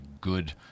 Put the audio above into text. good